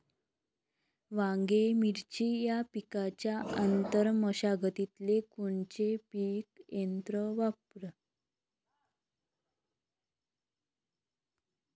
वांगे, मिरची या पिकाच्या आंतर मशागतीले कोनचे यंत्र वापरू?